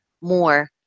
more